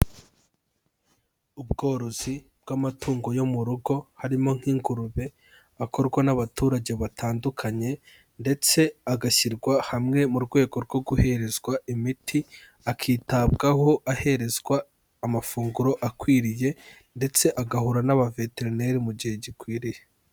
Ubworozi bw'amatungo yo mu rugo harimo nk'ingurube, akorwa n'abaturage batandukanye, ndetse agashyirwa hamwe mu rwego rwo guherezwa imiti, akitabwaho aherezwa amafunguro akwiriye ndetse agahura n'aba veterineri mu gihe gikwiriye.